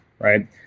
right